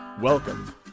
Welcome